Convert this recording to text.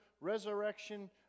resurrection